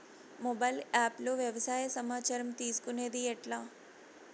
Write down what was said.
Mobile app లో వ్యవసాయ సమాచారం తీసుకొనేది ఎట్లా?